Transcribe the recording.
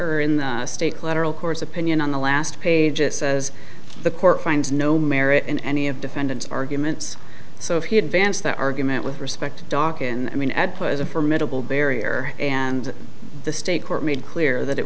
or in the state collateral court's opinion on the last page it says the court finds no merit in any of defendant's arguments so he advanced that argument with respect to doc and i mean add was a formidable barrier and the state court made clear that it